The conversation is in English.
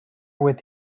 with